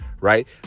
Right